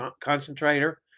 concentrator